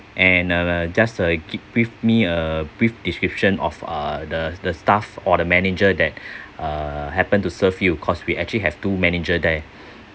and uh just a give me a brief description of uh the the staff or the manager that uh happened to serve you cause we actually have two manager there